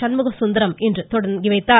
சண்முகசுந்தரம் இன்று தொடங்கி வைத்தார்